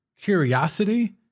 curiosity